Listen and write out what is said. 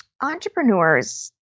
Entrepreneurs